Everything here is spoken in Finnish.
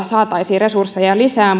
saataisiin resursseja lisää